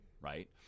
right